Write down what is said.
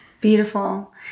Beautiful